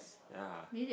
ya